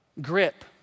grip